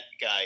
guy